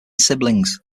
siblings